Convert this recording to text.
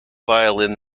violin